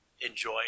enjoy